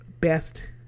best